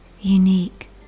unique